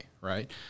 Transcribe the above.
Right